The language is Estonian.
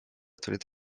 tulid